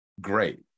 great